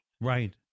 Right